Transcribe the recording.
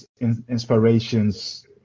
inspirations